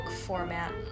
format